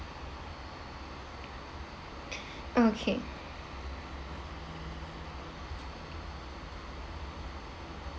okay